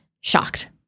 shocked